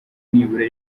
nibura